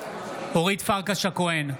אורית פרקש הכהן,